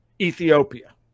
Ethiopia